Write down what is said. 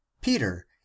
Peter